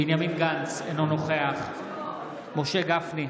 בנימין גנץ, אינו נוכח משה גפני,